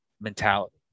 mentality